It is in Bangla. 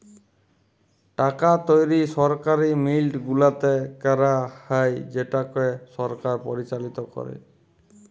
টাকা তৈরি সরকারি মিল্ট গুলাতে ক্যারা হ্যয় যেটকে সরকার পরিচালিত ক্যরে